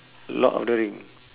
lord of the ring